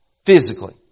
Physically